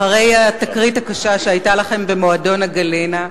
אחרי התקרית הקשה שהיתה לכם במועדון "הגלינה",